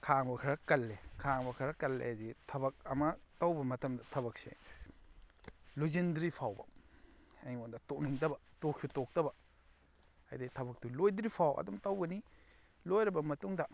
ꯈꯥꯡꯕ ꯈꯔ ꯀꯜꯂꯦ ꯈꯥꯡꯕ ꯈꯔ ꯀꯜꯂꯦ ꯍꯥꯏꯕꯗꯤ ꯊꯕꯛ ꯑꯃ ꯇꯧꯕ ꯃꯇꯝꯗ ꯊꯕꯛꯁꯦ ꯂꯣꯏꯁꯤꯟꯗ꯭ꯔꯤ ꯐꯥꯎꯕ ꯑꯩꯉꯣꯟꯗ ꯇꯣꯛꯅꯤꯡꯗꯕ ꯇꯣꯛꯁꯨ ꯇꯣꯛꯇꯕ ꯍꯥꯏꯕꯗꯤ ꯊꯕꯛꯇꯨ ꯂꯣꯏꯗ꯭ꯔꯤ ꯐꯥꯎꯕ ꯑꯗꯨꯝ ꯇꯧꯒꯅꯤ ꯂꯣꯏꯔꯕ ꯃꯇꯨꯡꯗ